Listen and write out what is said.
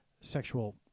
sexual